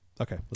Okay